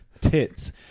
Tits